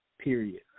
Period